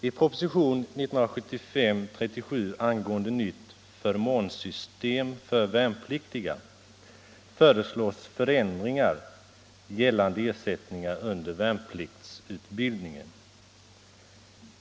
I propositionen 1975:37 om nytt förmånssystem för värnpliktiga föreslås förändring i ersättningarna under värnpliktsutbildningen.